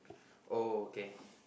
okay